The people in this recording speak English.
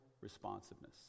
responsiveness